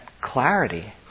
clarity